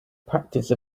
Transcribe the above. practice